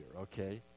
okay